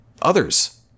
others